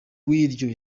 waryo